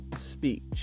speech